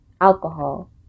alcohol